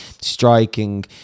striking